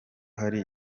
hari